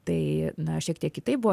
tai na šiek tiek kitaip buvo